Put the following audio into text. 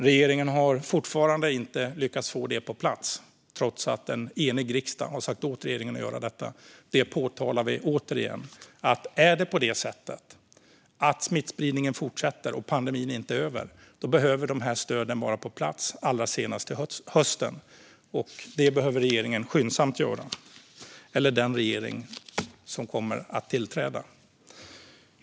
Regeringen har fortfarande inte lyckats få det på plats, trots att en enig riksdag har sagt åt regeringen att göra detta. Nu påtalar vi återigen att om smittspridningen fortsätter och pandemin inte går över behöver dessa stöd finnas på plats allra senast till hösten. Det här behöver skyndsamt göras av den regering som kommer att tillträda. Herr talman!